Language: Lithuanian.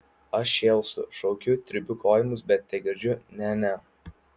aš šėlstu šaukiu trypiu kojomis bet tegirdžiu ne ne